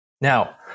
now